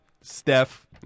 Steph